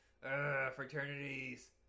fraternities